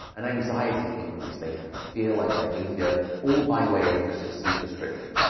an anxiety increase, they had fear-like behavior all by way of just sleep restriction.